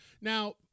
now